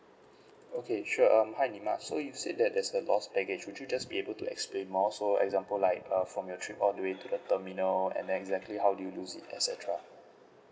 okay sure um hi neema so you said that there's a lost baggage would you just be able to explain more so example like uh from your trip all the way to the terminal and then exactly how do you lose it et cetera